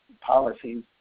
policies